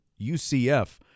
UCF